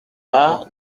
pas